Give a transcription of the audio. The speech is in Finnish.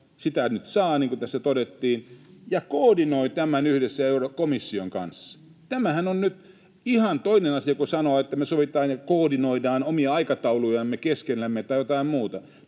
sitä nyt saa, niin kuin tässä todettiin — ja koordinoi tämän yhdessä komission kanssa. Tämähän on nyt ihan toinen asia kuin sanoa, että me sovitaan ja koordinoidaan omia aikataulujamme keskenämme tai jotain muuta.